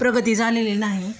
प्रगती झालेली नाही